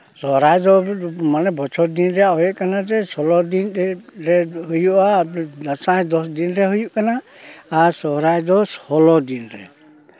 ᱥᱚᱨᱦᱟᱭ ᱫᱚ ᱢᱟᱱᱮ ᱵᱚᱪᱷᱚᱨ ᱫᱤᱱ ᱨᱮᱭᱟᱜ ᱦᱩᱭᱩᱜ ᱠᱟᱱᱟ ᱡᱮ ᱥᱳᱞᱳ ᱫᱤᱱ ᱨᱮ ᱦᱩᱭᱩᱜᱼᱟ ᱫᱟᱸᱥᱟᱭ ᱫᱚᱥ ᱫᱤᱱ ᱨᱮ ᱦᱩᱭᱩᱜ ᱠᱟᱱᱟ ᱟᱨ ᱥᱚᱨᱦᱟᱭ ᱫᱚ ᱥᱳᱞᱳ ᱫᱤᱱ ᱨᱮ